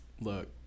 look